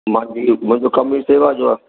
मांजी मुंहिंजो कमु ई सेवा जो आहे